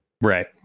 Right